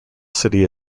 city